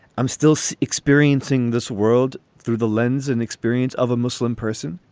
i'm still experiencing this world through the lens and experience of a muslim person.